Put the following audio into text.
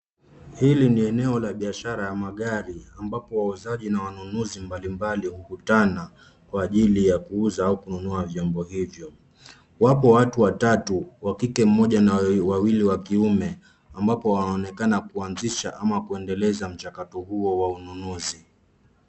Hili ni eneo la biashara la magari ambapo wauzaji na wanunuzi mbalimbali hukutana kwa ajili ya kuuza au kununua vyombo hivyo. Wapo watu watatu, wa kike mmoja na wawili wa kiume, ambapo waonekana kuanzisha ama kuendeleza mchakato huo wa ununuzi.